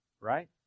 right